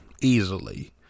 easily